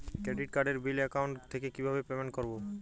Credit কার্ডের bill account থেকে কিভাবে পেমেন্ট করবো?